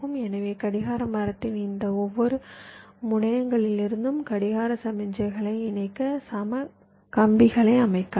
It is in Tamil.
எனவே கடிகார மரத்தின் இந்த ஒவ்வொரு முனையங்களிலிருந்தும் கடிகார சமிக்ஞைகளை இணைக்க சம கம்பிகளை அமைக்கலாம்